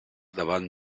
davant